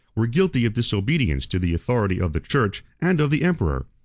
were guilty of disobedience to the authority of the church and of the emperor.